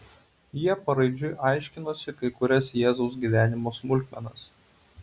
jie paraidžiui aiškinosi kai kurias jėzaus gyvenimo smulkmenas